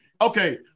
okay